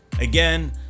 Again